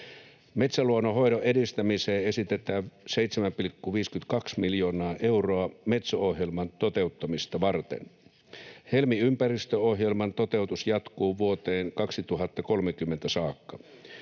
Metsäluonnon hoidon edistämiseen esitetään 7,52 miljoonaa euroa Metso-ohjelman toteuttamista varten. Helmi-ympäristöohjelman toteutus jatkuu vuoteen 2030 saakka.